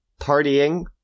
Partying